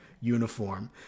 uniform